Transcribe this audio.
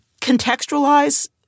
contextualize